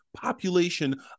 population